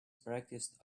practiced